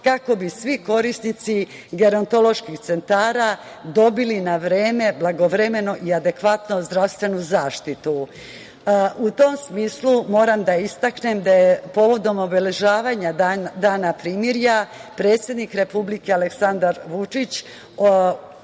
kako bi svi korisnici gerontoloških centara dobili na vreme, blagovremeno i adekvatnu zdravstvenu zaštitu.U tom smislu moram da istaknem da je povodom obeležavanja Dana primirja predsednik Republike Aleksandar Vučić,